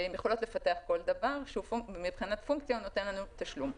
שהם יכולות לפתח כל דבר שמבחינת פונקציה נותן לנו תשלום.